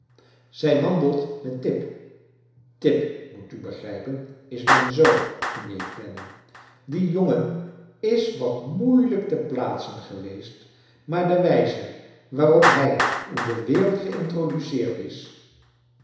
zij wandelt met tip tip moet u begrijpen is mijn zoon mijnheer clennam die jongen is wat moeilijk te plaatsen geweest maar de wijze waarop hij in de wereld geintroduceerd is